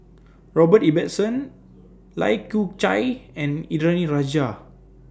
Robert Ibbetson Lai Kew Chai and Indranee Rajah